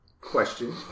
Question